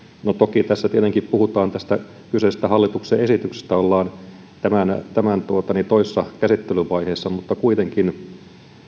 no toki tässä tietenkin puhutaan tästä kyseisestä hallituksen esityksestä ollaan tämän tämän toisessa käsittelyvaiheessa mutta kuitenkin